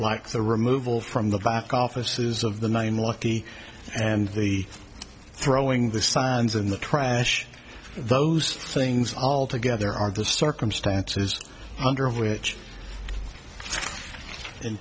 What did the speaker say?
like the removal from the back offices of the one walkie and the throwing the signs in the trash those things altogether are the circumstances under which in